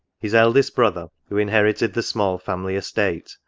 his eldest brother, who inherited the small family-estate,